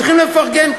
צריך לפרגן.